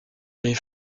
les